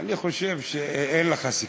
אני חושב שאין לך סיכוי.